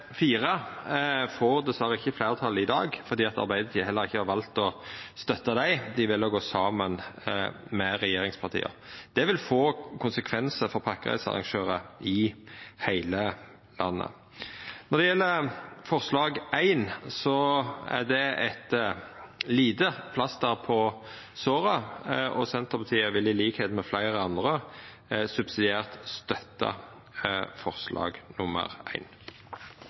i dag fordi Arbeidarpartiet har valt heller ikkje å støtta dei. Dei har valt å gå saman med regjeringspartia. Det vil få konsekvensar for pakkereisearrangørar i heile landet. Når det gjeld forslag nr. 1, er det eit lite plaster på såret, og Senterpartiet vil, som fleire andre, subsidiært støtta forslag